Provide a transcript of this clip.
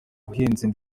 ubuhinzi